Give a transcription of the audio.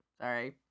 Sorry